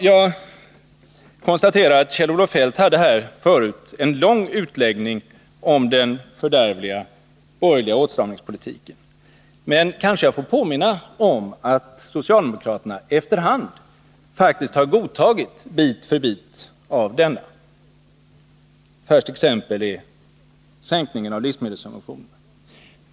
Jag konstaterar att Kjell-Olof Feldt tidigare gjorde en lång utläggning om den fördärvliga borgerliga åtstramningspolitiken. Kanske jag då får påminna om att socialdemokraterna efter hand faktiskt har godtagit bit för bit av denna. Ett färskt exempel är sänkningen av livsmedelssubventionerna.